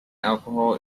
alcohol